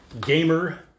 gamer